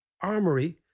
armory